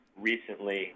recently